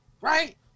Right